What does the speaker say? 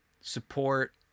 support